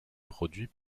produit